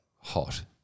hot